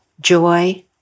joy